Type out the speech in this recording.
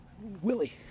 Willie